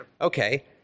Okay